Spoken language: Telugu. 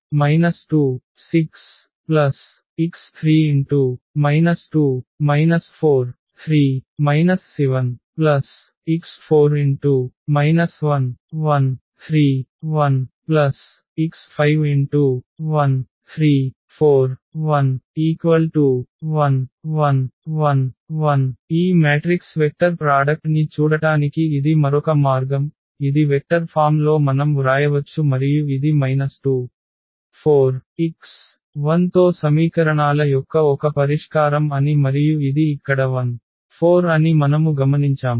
x11 2 1 3 x22 4 2 6 x3 2 4 3 7 x4 1 0 3 1 x51 3 4 1 0 0 0 0 ఈ మ్యాట్రిక్స్ వెక్టర్ ప్రాడక్ట్ ని చూడటానికి ఇది మరొక మార్గం ఇది వెక్టర్ ఫామ్ లో మనం వ్రాయవచ్చు మరియు ఇది 2 4 x 1 తో సమీకరణాల యొక్క ఒక పరిష్కారం అని మరియు ఇది ఇక్కడ 1 4 అని మనము గమనించాము